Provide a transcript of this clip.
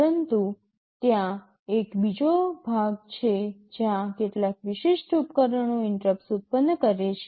પરંતુ ત્યાં એક બીજો ભાગ છે જ્યાં કેટલાક વિશિષ્ટ ઉપકરણો ઇન્ટરપ્ટસ ઉત્પન્ન કરે છે